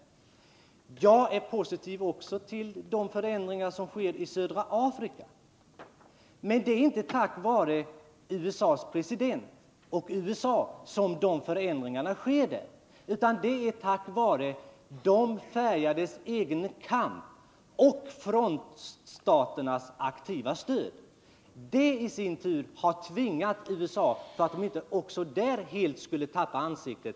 Jag är också positiv till de förändringar som sker i södra Afrika, men de äger inte rum tack vare USA och dess president utan tack vare de färgades egen kamp och frontstaternas aktiva stöd. Det i sin tur har tvingat USA att ändra inställning för att man inte också där helt skulle tappa ansiktet.